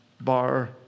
bar